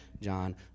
John